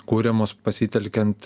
kuriamos pasitelkiant